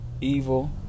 evil